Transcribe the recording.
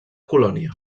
colònia